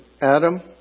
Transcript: Adam